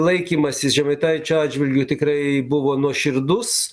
laikymasis žemaitaičio atžvilgiu tikrai buvo nuoširdus